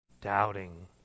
Doubting